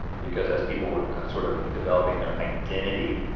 because as people were sort of developing their identity